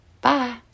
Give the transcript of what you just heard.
Bye